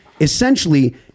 essentially